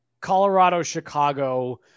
Colorado-Chicago